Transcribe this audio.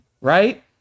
right